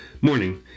Morning